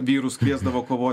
vyrus kviesdavo kovot